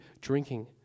drinking